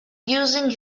using